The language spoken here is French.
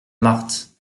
marthe